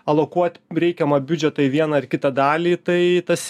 alokuot reikiamą biudžetą į vieną ar kitą dalį tai tas